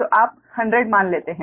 तो आप 100 मान लेते हैं